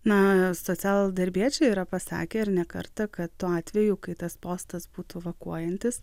na socialdarbiečiai yra pasakę ir ne kartą kad tuo atveju kai tas postas būtų vakuojantis